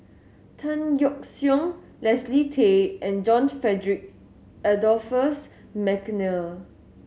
Tan Yeok Seong Leslie Tay and John Frederick Adolphus McNair